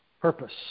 purpose